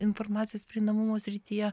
informacijos prieinamumo srityje